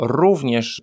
również